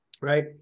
right